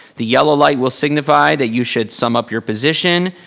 the yellow light will signify that you should sum up your position.